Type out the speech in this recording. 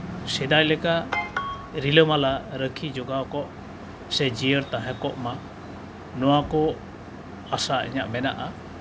ᱥᱮᱫᱟᱭ ᱞᱮᱠᱟ ᱨᱤᱞᱟᱹᱢᱟᱞᱟ ᱨᱟᱠᱷᱤ ᱡᱚᱜᱟᱣ ᱠᱚᱜ ᱥᱮ ᱡᱤᱭᱟᱹᱲ ᱛᱟᱦᱮᱸᱠᱚᱜ ᱢᱟ ᱱᱚᱣᱟ ᱠᱚ ᱟᱥᱟ ᱤᱧᱟᱹᱜ ᱢᱮᱱᱟᱜᱼᱟ